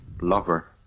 lover